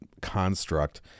construct